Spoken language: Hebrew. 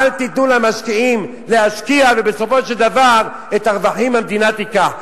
אל תיתנו למשקיעים להשקיע ובסופו של דבר את הרווחים המדינה תיקח.